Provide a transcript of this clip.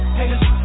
haters